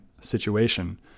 situation